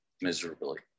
miserably